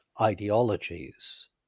ideologies